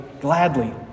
gladly